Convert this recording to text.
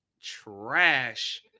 trash